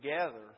together